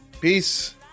Peace